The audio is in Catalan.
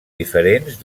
diferents